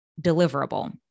deliverable